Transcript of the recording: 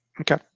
Okay